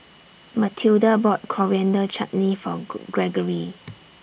Matilda bought Coriander Chutney For Gregory